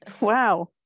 Wow